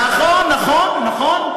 נכון, נכון.